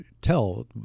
tell